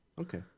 Okay